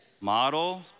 Model